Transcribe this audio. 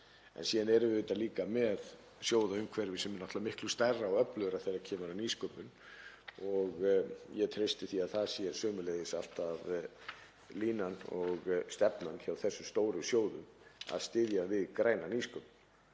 síðan erum við auðvitað líka með sjóðaumhverfi sem er miklu stærra og öflugra þegar kemur að nýsköpun og ég treysti því að það sé sömuleiðis alltaf línan og stefnan hjá þessum stóru sjóðum að styðja við græna nýsköpun